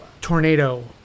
tornado